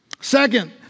Second